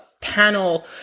panel